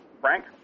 Frank